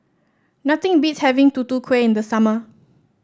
nothing beats having Tutu Kueh in the summer